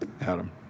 Adam